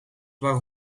waren